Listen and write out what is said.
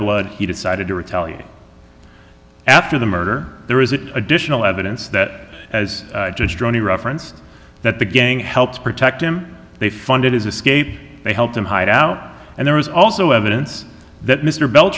blood he decided to retaliate after the murder there is additional evidence that as strongly referenced that the gang helps protect him they funded his escape they helped him hide out and there was also evidence that mr